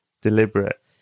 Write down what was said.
deliberate